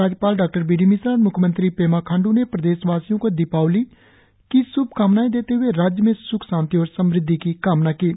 राज्यपाल Dr B D Mishra और म्ख्यमंत्री पेमा खांड् ने प्रदेशवासियों को दीपावली की श्भाकामनाएं देते हुए राज्य में सुख शांति और समृद्धि की कामना की है